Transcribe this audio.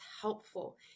helpful